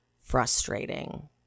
frustrating